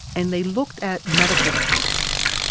and they looked at medical textbooks